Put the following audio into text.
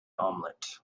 omelette